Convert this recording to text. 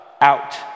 out